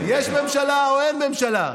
יש ממשלה או אין ממשלה?